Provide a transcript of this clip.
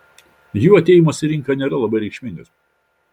jų atėjimas į rinką nėra labai reikšmingas